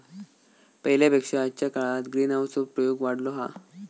पहिल्या पेक्षा आजच्या काळात ग्रीनहाऊस चो प्रयोग वाढलो हा